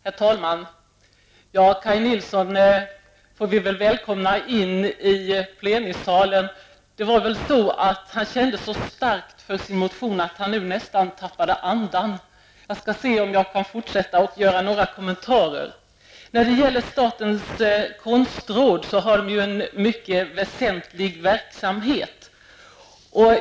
Herr talman! Kaj Nilsson får vi välkomna in i plenisalen. Han kände väl starkt för sin motion att han nästan tappade andan. Jag skall göra några kommentarer. I statens konstråd bedrivs vi en mycket väsentlig verksamhet.